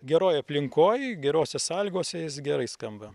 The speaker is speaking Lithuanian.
geroj aplinkoj gerose sąlygose jis gerai skamba